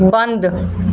ਬੰਦ